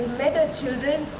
met children